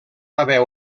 haver